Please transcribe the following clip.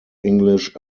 english